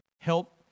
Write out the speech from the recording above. help